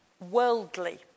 Worldly